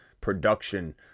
production